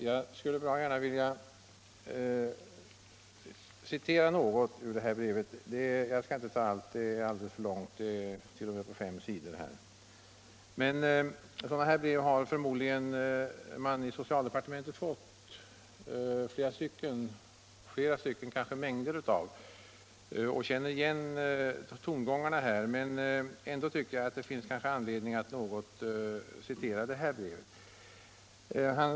Jag vill gärna citera en del ur detta brev — jag skall inte läsa hela brevet; det är alldeles för långt för det. Jag förmodar att man i socialdepartementet har fått mängder av sådana här brev och känner igen tongångarna, men jag tycker ändå att det finns anledning att citera något ur detta brev.